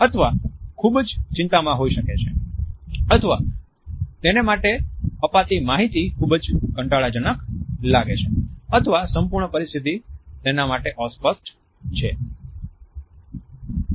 અથવા ખૂબ ચિંતામાં હોઈ શકે છે અથવા તેને માટે અપાતી માહિતી ખૂબ જ કંટાળાજનક લાગે છે અથવા સંપૂર્ણ પરિસ્થિતિ તેના માટે અસ્પષ્ટ છે